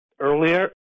earlier